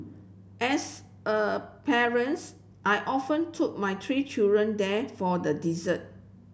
as a parents I often took my three children there for the dessert